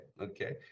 Okay